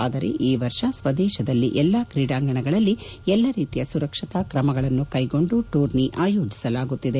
ಆದರೆ ಈ ವರ್ಷ ಸ್ವದೇಶದಲ್ಲಿ ಎಲ್ಲಾ ಕ್ರೀಡಾಂಗಣಗಳಲ್ಲಿ ಎಲ್ಲ ರೀತಿಯ ಸುರಕ್ಷತಾ ಕ್ರಮಗಳನ್ನು ಕೈಗೊಂಡು ಟೂರ್ನಿ ಆಯೋಜಿಸಲಾಗುತ್ತಿದೆ